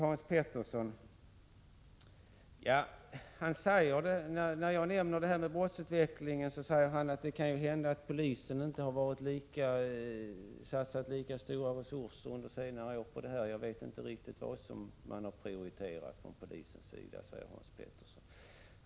Hans Petersson i Röstånga säger när jag nämner brottsutvecklingen att det kan hända att polisen inte satsat lika stora resurser på detta område under senare år. Han vet inte vad man har prioriterat.